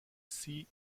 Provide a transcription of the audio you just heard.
see